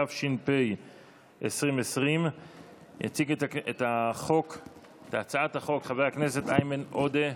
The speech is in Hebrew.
התש"ף 2020. יציג את הצעת החוק חבר הכנסת איימן עודה,